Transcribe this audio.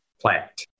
plant